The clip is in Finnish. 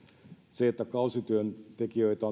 se että kausityöntekijöitä